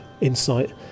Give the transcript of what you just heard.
insight